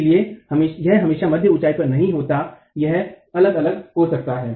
इसलिए यह हमेशा मध्य ऊंचाई पर नहीं होता है यह अलग अलग हो सकता है